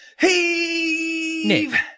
Heave